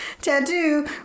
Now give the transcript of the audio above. tattoo